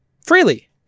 freely